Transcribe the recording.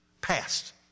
past